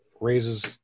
raises